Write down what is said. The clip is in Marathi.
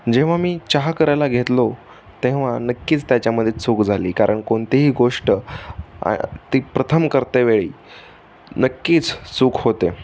जेव्हा मी चहा करायला घेतलो तेव्हा नक्कीच त्याच्यामध्ये चूक झाली कारण कोणतेही गोष्ट आ ती प्रथम करतेवेळी नक्कीच चूक होते